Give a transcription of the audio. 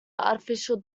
artificial